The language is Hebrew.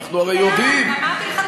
ואמרתי לך,